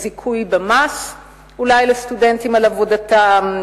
אולי לזיכוי במס לסטודנטים על עבודתם,